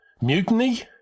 Mutiny